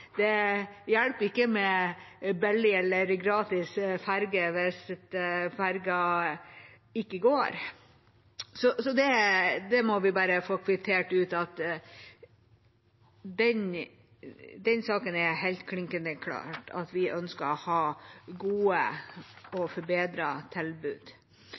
Det hjelper ikke med billig eller gratis ferge hvis fergen ikke går. Så vi må bare få kvittert ut at den saken er helt klinkende klar: Vi ønsker å ha gode og forbedrede tilbud.